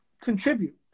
contribute